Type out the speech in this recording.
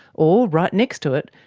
or, right next to it,